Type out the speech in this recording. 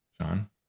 john